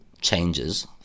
changes